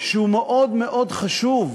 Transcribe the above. שהוא מאוד מאוד חשוב,